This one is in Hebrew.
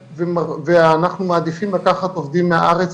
ואנחנו מעדיפים לקחת עובדים מהארץ,